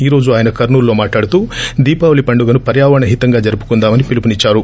ఈ రోజు ఆయన కర్సాలులో మాట్లాడుతూ దీపావళి పండుగను పర్యావరణ హితంగా జరుపుకుందామని పిలుపునిచ్చారు